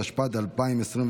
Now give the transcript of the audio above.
התשפ"ד 2023,